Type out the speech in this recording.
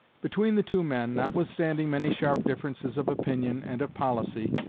between the two men, notwithstanding many sharp differences of opinion and of policy,